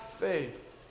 faith